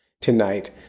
tonight